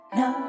no